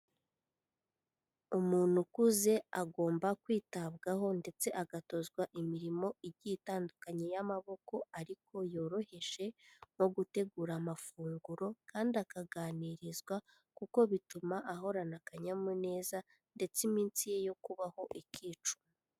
Umuntu ukuze agomba kwitabwaho ndetse agatozwa imirimo igiye itandukanye y'amaboko ariko yoroheje, nko gutegura amafunguro kandi akaganirizwa kuko bituma ahorana akanyamuneza ndetse iminsi ye yo kubaho ikicuma.